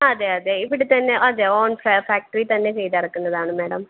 അതെ അതെ ഇവിടെത്തന്നെ അതെ ഓൺ ഫാക്ടറിയിൽത്തന്നെ ചെയ്തിറക്കുന്നതാണ് മേഡം